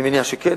אני מניח שכן,